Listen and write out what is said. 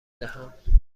دهم